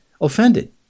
offended